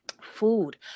food